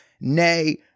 nay